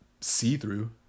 see-through